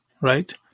right